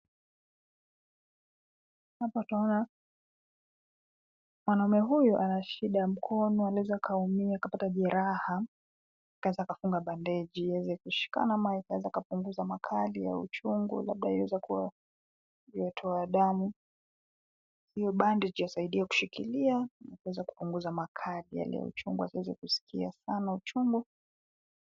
Hapa twaona, mwanaume huyu anashida mkono, alieza kaumia kapata jiraha, alieza kafunga bandegi, alieza kushika na maika alieza kapunguza makali ya uchungu labda alieza kuwa uyetokwa damu hiyo bandegi ya saidia kushikilia, aliza kukunguza makali ya leo uchungu alieza kusikia sana uchungu.